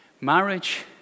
Marriage